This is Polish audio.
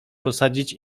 posadzić